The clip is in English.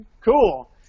cool